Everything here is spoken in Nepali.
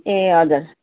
ए हजुर